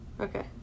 Okay